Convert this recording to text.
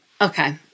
Okay